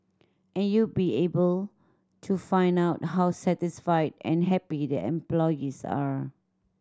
and you be able to find out how satisfied and happy the employees are